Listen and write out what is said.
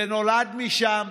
זה נולד משם,